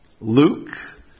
Luke